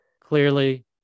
Clearly